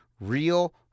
Real